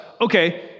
okay